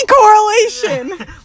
correlation